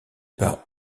par